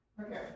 Okay